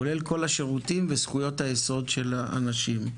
כולל כל השירותים וזכויות היסוד של האנשים.